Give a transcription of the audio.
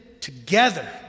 together